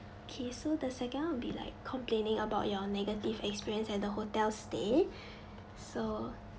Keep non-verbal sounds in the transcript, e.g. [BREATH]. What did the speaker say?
okay so the second one will be like complaining about your negative experience and the hotel stay [BREATH] so